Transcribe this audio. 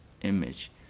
image